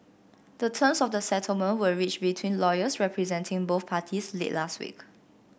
the terms of the settlement were reached between lawyers representing both parties late last week